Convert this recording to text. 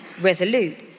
Resolute